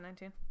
2019